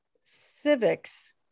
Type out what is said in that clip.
civics